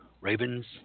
Raven's